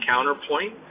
Counterpoint